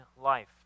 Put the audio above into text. life